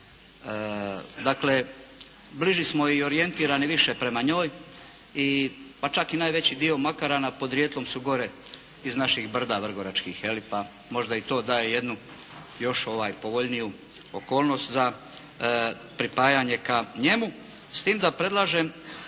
Dakle bliži smo i orijentirani više prema njoj, pa čak i najveći dio Makarana podrijetlom su gore iz naših brda vrgoračkih jel', pa možda i to daje jednu još povoljniju okolnost za pripajanje ka njemu.